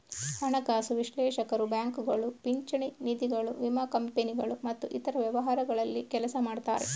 ಹಣಕಾಸು ವಿಶ್ಲೇಷಕರು ಬ್ಯಾಂಕುಗಳು, ಪಿಂಚಣಿ ನಿಧಿಗಳು, ವಿಮಾ ಕಂಪನಿಗಳು ಮತ್ತೆ ಇತರ ವ್ಯವಹಾರಗಳಲ್ಲಿ ಕೆಲಸ ಮಾಡ್ತಾರೆ